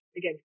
again